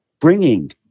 bringing